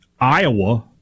Iowa